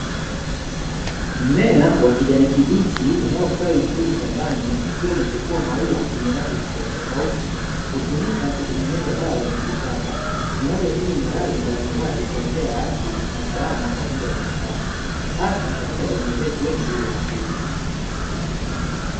Mimea wa kijani kibichi unaostawi vizuri shambani, ukiwa umetoa mauwa yenye rangi tofauti tofauti, hutumika kutengeneza dawa za miti shamba zinazotibu maradhi mbalimbali kwa njia ya asili na salama kwa binadamu hasa wengi wa Afrika.